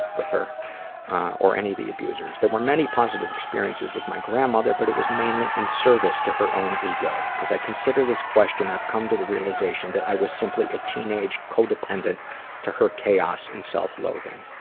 with her or any of the abusers? there were many positive experiences with my grandmother, but it was mainly in service to her own ego. as i consider this question i've come to the realization that i was simply a teenage codependent to her chaos and self loathing.